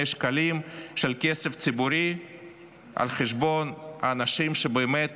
שקלים של כסף ציבורי על חשבון האנשים שבאמת